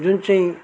जुन चाहिँ